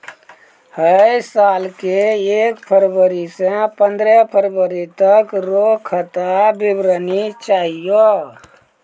है साल के एक फरवरी से पंद्रह फरवरी तक रो खाता विवरणी चाहियो